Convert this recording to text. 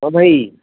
ହଁ ଭାଇ